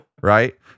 right